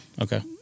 Okay